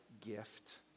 gift